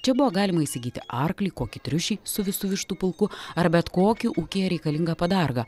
čia buvo galima įsigyti arklį kokį triušį su visu vištų pulku ar bet kokį ūkyje reikalingą padargą